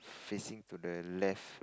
facing to the left